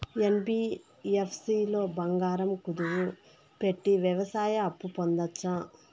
NBFC లో బంగారం కుదువు పెట్టి వ్యవసాయ అప్పు పొందొచ్చా?